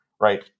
right